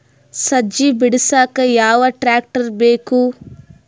ಸಜ್ಜಿ ಬಿಡಸಕ ಯಾವ್ ಟ್ರ್ಯಾಕ್ಟರ್ ಬೇಕು?